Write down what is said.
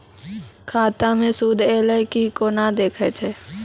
खाता मे सूद एलय की ने कोना देखय छै?